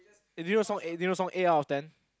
eh do you know song eight do you know the song eight out of ten